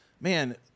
Man